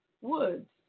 Woods